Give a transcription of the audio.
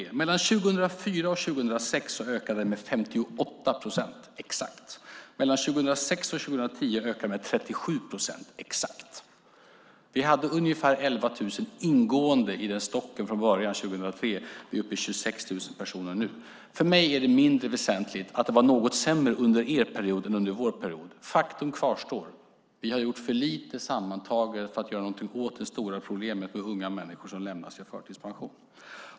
Mellan 2004 och 2006 var ökningen exakt 58 procent. Mellan 2006 och 2010 var ökningen exakt 37 procent. Vi hade från början, 2003, ungefär 11 000 ingående i den stocken. Vi är nu uppe i 26 000 personer. För mig är det mindre väsentligt att det var något sämre under er period än under vår period. Faktum kvarstår. Vi har sammantaget gjort för lite åt det stora problemet med unga människor som lämnas i förtidspension.